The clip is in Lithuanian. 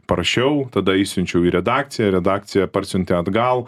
parašiau tada išsiunčiau į redakciją redakcija parsiuntė atgal